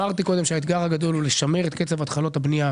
האתגר הגדול הוא לשמר את קצב התחלות הבנייה,